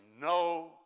no